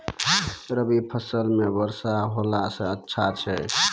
रवी फसल म वर्षा होला से अच्छा छै?